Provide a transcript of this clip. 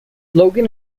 logan